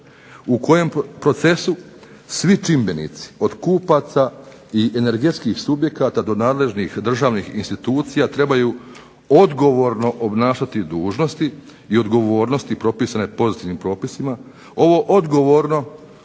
u kojem procesu svi čimbenici od kupaca i energetskih subjekata, do nadležnih državnih institucija trebaju odgovorno obnašati dužnosti i odgovornosti propisane pozitivnim propisima, ovo odgovorno